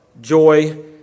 joy